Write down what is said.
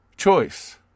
Choice